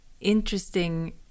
interesting